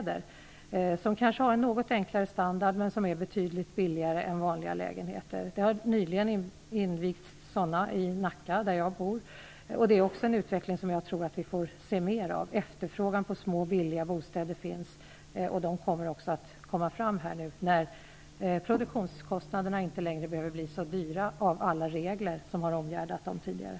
De har kanske en något enklare standard, men de är betydligt billigare än vanliga lägenheter. Det har nyligen invigts sådana lägenheter i Nacka, där jag bor. Detta är en utveckling som jag tror att vi kommer att se mer av. Efterfrågan på små, billiga bostäder finns. De kommer också att komma fram när produktionskostnaderna inte längre blir så höga av alla regler som tidigare omgärdade dem.